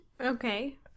Okay